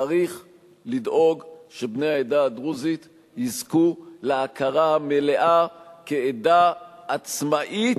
צריך לדאוג שבני העדה הדרוזית יזכו להכרה המלאה כעדה עצמאית,